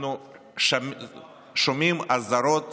אנחנו שומעים אזהרות